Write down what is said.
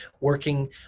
working